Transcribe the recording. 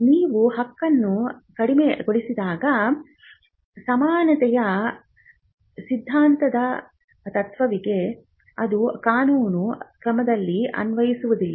ನೀವು ಹಕ್ಕನ್ನು ಕಡಿಮೆಗೊಳಿಸಿದಾಗ ಸಮಾನತೆಯ ಸಿದ್ಧಾಂತದಂತಹ ತತ್ವಗಳಿವೆ ಅದು ಕಾನೂನು ಕ್ರಮದಲ್ಲಿ ಅನ್ವಯಿಸುವುದಿಲ್ಲ